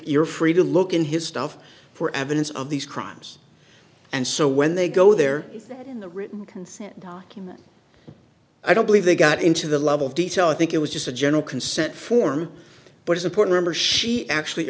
you're free to look in his stuff for evidence of these crimes and so when they go there in the written consent document i don't believe they got into the level of detail i think it was just a general consent form but it's important to her she actually